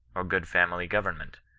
or good family government,